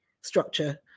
structure